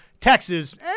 Texas